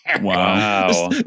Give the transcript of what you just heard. Wow